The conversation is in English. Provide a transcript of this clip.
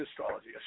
astrology